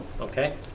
Okay